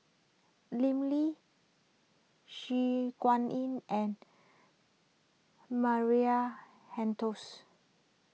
Lim Lee Su Guaning and Maria